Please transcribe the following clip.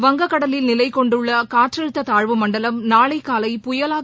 வங்கக் கடலில் நிலை கொண்டுள்ள காற்றழுத்த தாழ்வு மண்டலம் நாளை காலை புயலாக